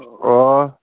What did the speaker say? ഓ